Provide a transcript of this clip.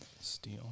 steel